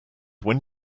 when